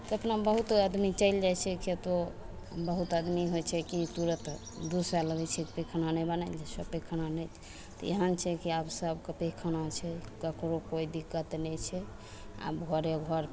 तऽ अपना बहुत आदमी चलि जाइ छै खेतो बहुत आदमी होइ छै कि तुरत दूसयै लगय छै पैखाना नहि बनायल जाइ छौ पैखाना नहि तऽ एहन छै कि आब सबके पैखाना छै ककरो कोइ दिक्कत नहि छै आब भोरे भोर